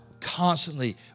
constantly